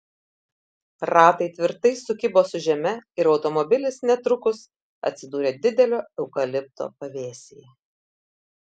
ratai tvirtai sukibo su žeme ir automobilis netrukus atsidūrė didelio eukalipto pavėsyje